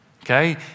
Okay